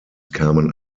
kamen